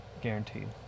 guaranteed